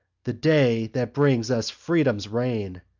the day that brings us freedom's reign.